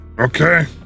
Okay